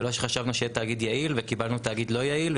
זה לא שחשבנו שיהיה תאגיד יעיל וקיבלנו תאגיד לא יעיל,